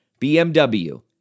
BMW